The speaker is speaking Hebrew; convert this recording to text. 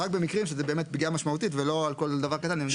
זה רק במקרים שזה באמת פגיעה משמעותית ולא על כל דבר קטן.